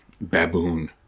baboon